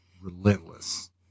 relentless